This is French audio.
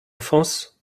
france